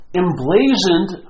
emblazoned